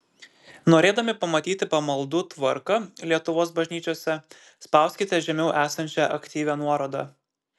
norėdami pamatyti pamaldų tvarką lietuvos bažnyčiose spauskite žemiau esančią aktyvią nuorodą